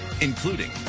including